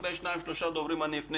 ואחרי שניים-שלושה דוברים אני גם אפנה